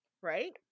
right